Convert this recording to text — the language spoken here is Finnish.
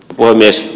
puhemies